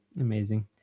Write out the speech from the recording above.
amazing